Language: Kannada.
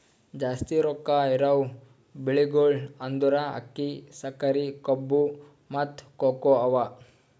ಜಾಸ್ತಿ ರೊಕ್ಕಾ ಇರವು ಬೆಳಿಗೊಳ್ ಅಂದುರ್ ಅಕ್ಕಿ, ಸಕರಿ, ಕಬ್ಬು, ಮತ್ತ ಕೋಕೋ ಅವಾ